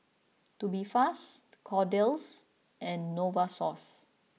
Tubifast Kordel's and Novosource